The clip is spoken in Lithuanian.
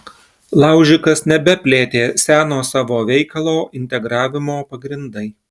laužikas nebeplėtė seno savo veikalo integravimo pagrindai